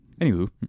Anywho